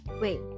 Wait